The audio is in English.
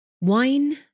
wine